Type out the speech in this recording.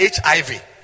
HIV